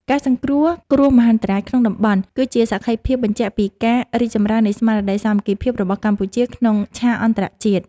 ការសង្គ្រោះគ្រោះមហន្តរាយក្នុងតំបន់ គឺជាសក្ខីភាពបញ្ជាក់ពីការរីកចម្រើននៃស្មារតីសាមគ្គីភាពរបស់កម្ពុជាក្នុងឆាកអន្តរជាតិ។